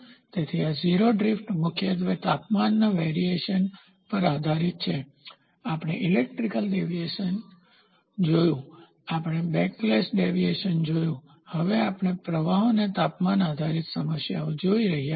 તેથી આ 0 ડ્રિફ્ટ મુખ્યત્વે તાપમાનના વેરીએશનભિન્નતા પર આધારિત છે આપણે ઇલાસ્ટીક ડેવીએશનસ્થિતિસ્થાપક વિચલન જોયું આપણે બેકલેશ ડેવીએશનવિચલન જોયું હવે આપણે પ્રવાહોને તાપમાન આધારિત સમસ્યાઓ જોઈ રહ્યા છીએ